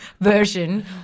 version